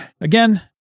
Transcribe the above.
again